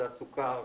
סוכר,